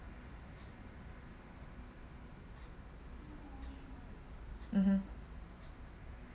mmhmm